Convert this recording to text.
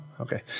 okay